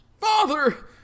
father